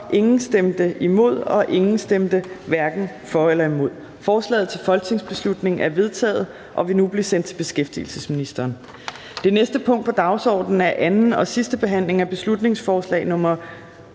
Zimmer (UFG)), imod stemte 0, hverken for eller imod stemte 0. Forslaget til folketingsbeslutning er enstemmigt vedtaget og vil nu blive sendt til justitsministeren. --- Det næste punkt på dagsordenen er: 26) 2. (sidste) behandling af beslutningsforslag nr.